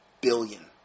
Billion